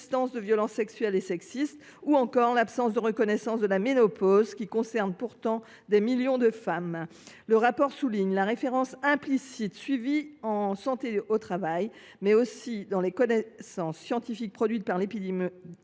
de violences sexuelles et sexistes (VSS) ou encore l’absence de reconnaissance de la ménopause, qui concerne pourtant des millions de femmes. Il déplore aussi que la référence implicite en matière de santé au travail, mais aussi dans les connaissances scientifiques produites par l’épidémiologie